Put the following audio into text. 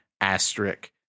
asterisk